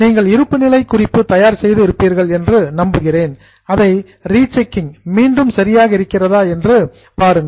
நீங்கள் இருப்புநிலைக் குறிப்பு தயார் செய்து இருப்பீர்கள் என்று நம்புகிறேன் அதை ரீசெக்கிங் மீண்டும் சரியாக இருக்கிறதா என்று பாருங்கள்